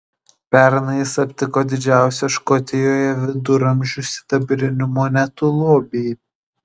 pernai jis aptiko didžiausią škotijoje viduramžių sidabrinių monetų lobį